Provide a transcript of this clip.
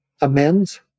Amends